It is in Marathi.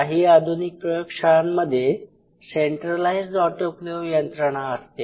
काही आधुनिक प्रयोगशाळांमध्ये सेन्ट्रलाईज्ड ऑटोक्लेव यंत्रणा असते